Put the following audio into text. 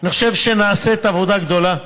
אני חושב שנעשית עבודה גדולה,